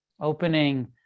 opening